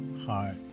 heart